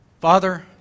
Father